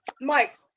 mike